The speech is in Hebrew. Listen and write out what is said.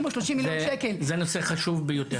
זה נושא חשוב ביותר.